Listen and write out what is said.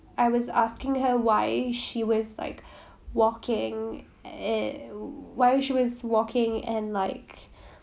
I was asking her why she was like working uh why she was working and like